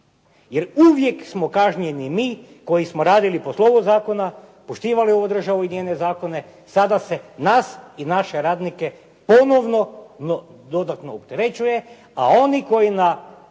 jer uvijek smo kažnjeni mi koji smo radili po slovu zakona, poštivali ovu državu i njene zakone. Sada se nas i naše radnike ponovno dodatno opterećuje a oni koji na